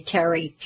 Terry